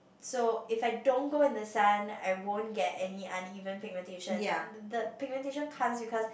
so if I don't go in the sun I won't get any uneven pigmentation the pigmentation come because